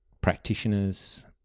practitioners